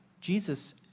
Jesus